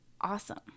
awesome